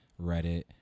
Reddit